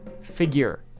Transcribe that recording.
figure